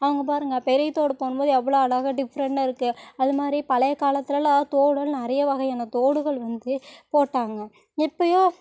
அவங்க பாருங்கள் பெரிய தோடு போடும் போது எவ்வளோ அழகாக டிஃப்ரெண்டாக இருக்குது அது மாதிரி பழைய காலத்துலெல்லாம் தோடுலாம் நிறைய வகையான தோடுகள் வந்து போட்டாங்க எப்பயோ